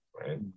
right